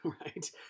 right